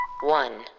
one